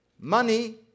Money